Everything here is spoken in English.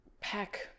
pack